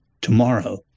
tomorrow